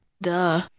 duh